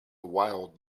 wild